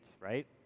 right